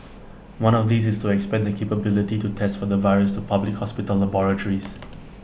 one of these is to expand the capability to test for the virus to public hospital laboratories